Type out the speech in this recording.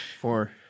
Four